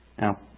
Now